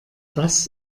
das